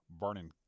burning